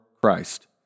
Christ